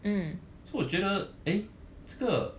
so 我觉得 eh 这个